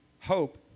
Hope